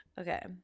okay